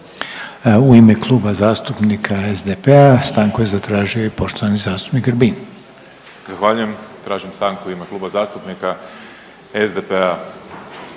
U ime Kluba zastupnika SDP-a stanku je zatražio i poštovani zastupnik Grbin. **Grbin, Peđa (SDP)** Zahvaljujem. Tražim stanku u ime Kluba zastupnika SDP-a.